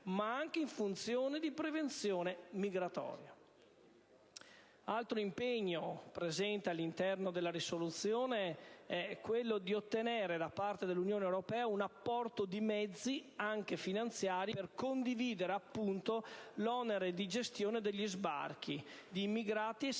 ma anche in funzione di prevenzione migratoria. Altro impegno proposto all'interno della proposta di risoluzione di maggioranza è quello di ottenere da parte dell'Unione europea un apporto di mezzi, anche finanziari, per condividere l'onere di gestione degli sbarchi di immigrati, essendosi